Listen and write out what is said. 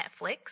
Netflix